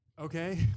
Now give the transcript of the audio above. Okay